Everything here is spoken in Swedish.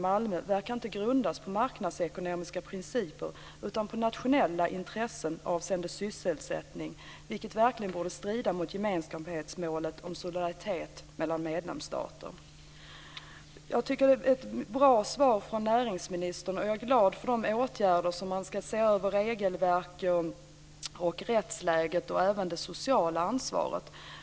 Malmö verkar inte grundas på marknadsekonomiska principer utan på nationella intressen avseende sysselsättning, vilket verkligen borde strida mot gemenskapsmålet om solidaritet mellan medlemsstater. Jag tycker att det är ett bra svar från näringsminister, och jag är glad för de åtgärder som ska vidtas. Man ska se över regelverket, rättsläget och även det sociala ansvaret.